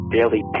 Daily